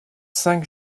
cinq